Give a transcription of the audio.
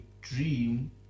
dream